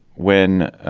when.